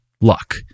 luck